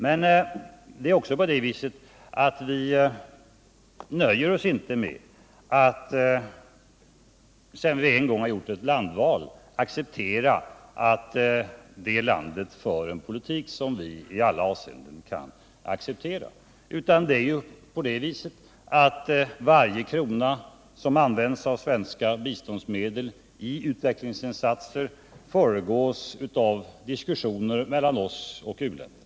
Men sedan vi en gång gjort ett landval nöjer vi oss inte med att acceptera att det landet för en politik som vi i alla avseenden kan acceptera. Varje krona av svenska biståndsmedel som används i utvecklingsinsatser föregås av diskussioner mellan oss och u-länderna.